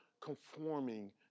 conforming